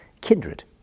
kindred